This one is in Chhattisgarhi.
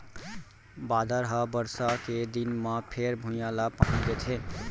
बादर ह बरसा के दिन म फेर भुइंया ल पानी देथे